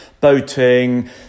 boating